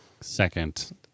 second